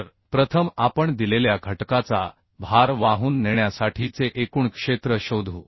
तर प्रथम आपण दिलेल्या घटकाचा भार वाहून नेण्यासाठीचे एकूण क्षेत्र शोधू